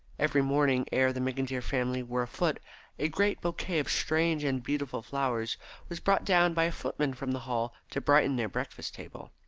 every morning ere the mcintyre family were afoot a great bouquet of strange and beautiful flowers was brought down by a footman from the hall to brighten their breakfast-table.